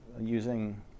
using